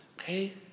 Okay